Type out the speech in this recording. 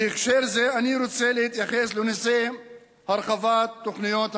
בהקשר זה אני רוצה להתייחס לנושא הרחבת תוכניות המיתאר.